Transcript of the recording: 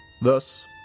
Thus